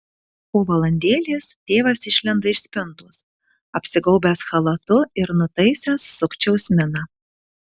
po valandėlės tėvas išlenda iš spintos apsigaubęs chalatu ir nutaisęs sukčiaus miną